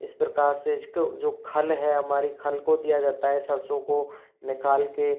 इस प्रकार से इसको जो खल है हमारी खल को दिया जाता है सरसो को निकाल कर